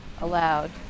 allowed